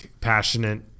passionate